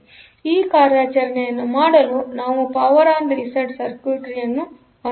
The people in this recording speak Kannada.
ಆದ್ದರಿಂದ ಈ ಕಾರ್ಯಾಚರಣೆಯನ್ನು ಮಾಡಲು ನಾವು ಪವರ್ ಆನ್ ರಿಸೆಟ್ ಸರ್ಕ್ಯೂಟ್ರಿ ಯನ್ನು ಹೊಂದಬಹುದು